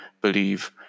believe